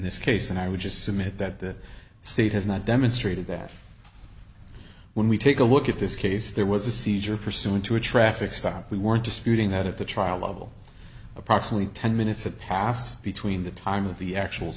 this case and i would just submit that the state has not demonstrated their when we take a look at this case there was a seizure pursuant to a traffic stop we weren't disputing that at the trial level approximately ten minutes of passed between the time of the actual